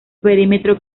perímetro